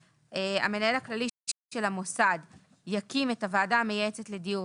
המנהל הכללי של המוסד יקים את הוועדה המייעצת לדיור,